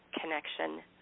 connection